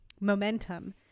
momentum